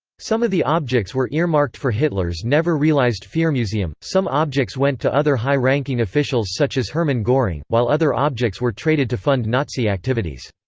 some of the objects were earmarked for hitler's never realized fuhrermuseum, some objects went to other high-ranking officials such as hermann goring, while other objects were traded to fund nazi activities.